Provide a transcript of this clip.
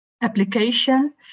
application